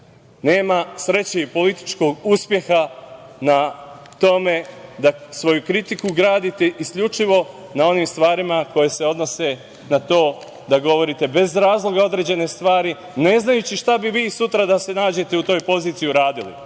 Nema sreće i političkog uspeha na tome da svoju kritiku gradite isključivo na onim stvarima koje se odnose na to da govorite bez razloga određene stvari, ne znajući šta bi vi sutra da se nađete u toj poziciji uradili,